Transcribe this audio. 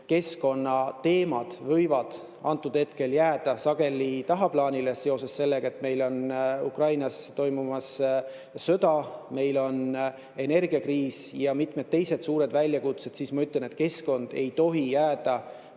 keskkonnateemad võivad hetkel jääda sageli tagaplaanile, seoses sellega, et Ukrainas toimub sõda, meil on energiakriis ja mitmed teised suured väljakutsed, ma ütlen, et keskkond ei tohi jääda